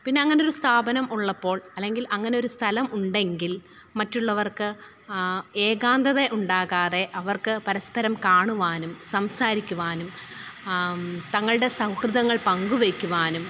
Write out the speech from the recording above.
പിന്നെയങ്ങനെയൊരു സ്ഥാപനം ഉള്ളപ്പോള് അല്ലെങ്കില് അങ്ങനെയൊരു സ്ഥലം ഉണ്ടെങ്കില് മറ്റുള്ളവര്ക്ക് ഏകാന്തത ഉണ്ടാകാതെ അവര്ക്ക് പരസ്പരം കാണുവാനും സംസാരിക്കുവാനും തങ്ങളുടെ സൗഹൃദങ്ങള് പങ്കുവെയ്ക്കുവാനും